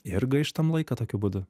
ir gaištam laiką tokiu būdu